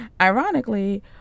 Ironically